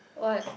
what